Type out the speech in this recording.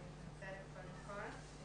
אני מתנצלת על הטלפון.